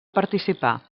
participar